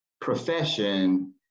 profession